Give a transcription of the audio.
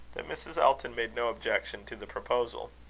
that mrs. elton made no objection to the proposal.